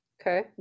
okay